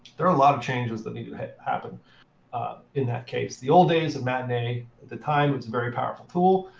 there are a lot of changes that need to happen in that case. the old days of matinee, the time was a very powerful tool,